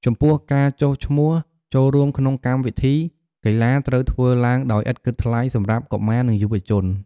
ចំពោះ ការចុះឈ្មោះចូលរួមក្នុងកម្មវិធីកីឡាត្រូវធ្វើឡើងដោយឥតគិតថ្លៃសម្រាប់កុមារនិងយុវជន។